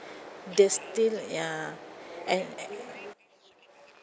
they still ya and